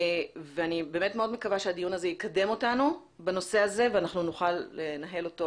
אני מאוד מקווה שהדיון הזה יקדם אותנו בנושא הזה ונוכל לנהל אותו